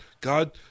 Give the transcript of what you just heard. God